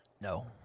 No